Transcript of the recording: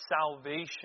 salvation